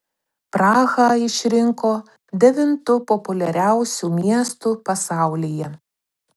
prahą išrinko devintu populiariausiu miestu pasaulyje